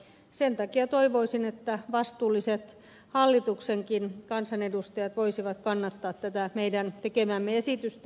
sen takia toivoisin että vastuulliset hallituksenkin kansanedustajat voisivat kannattaa tätä meidän tekemäämme esitystä